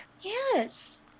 Yes